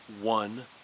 one